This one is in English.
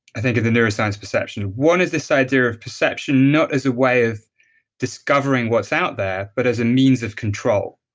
i think, of the neuroscience perception. one is this idea of perception, not as a way of discovering what's out there, but as a means of control.